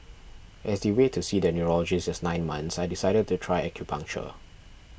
as the wait to see the neurologist is nine months I decided to try acupuncture